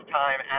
time